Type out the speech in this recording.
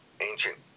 ancient